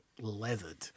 leathered